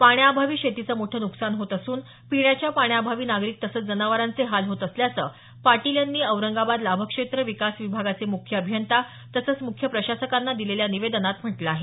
पाण्याअभावी शेतीचे मोठं नुकसान होत असून पिण्याच्या पाण्याअभावी नागरिक तसंच जनावरांचे हाल होत असल्याचं पाटील यांनी काल औरंगाबाद लाभक्षेत्र विकास विभागाचे मुख्य अभियंता तसंच मुख्य प्रशासकांना दिलेल्या निवेदनात म्हटलं आहे